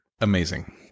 amazing